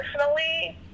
personally